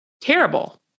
terrible